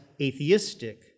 atheistic